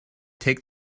take